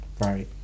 Right